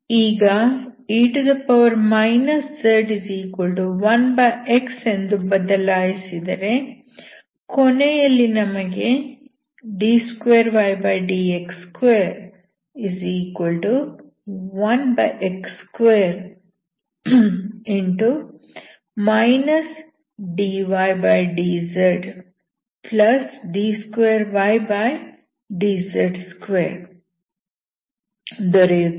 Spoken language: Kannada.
ಈಗ e z1x ಎಂದು ಬದಲಾಯಿಸಿದರೆ ಕೊನೆಯಲ್ಲಿ ನಮಗೆ d2ydx21x2 dydzd2ydz2 ದೊರೆಯುತ್ತದೆ